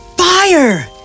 Fire